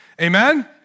Amen